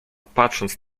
patrząc